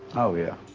oh, yeah.